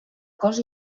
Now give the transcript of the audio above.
cos